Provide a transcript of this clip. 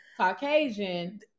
caucasian